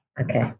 Okay